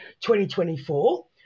2024